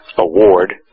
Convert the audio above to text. award